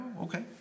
okay